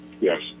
Yes